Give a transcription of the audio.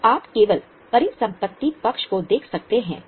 तो आप केवल परिसंपत्ति पक्ष को देख सकते हैं